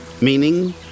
meaning